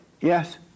Yes